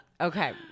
Okay